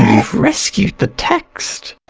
you've rescued the text!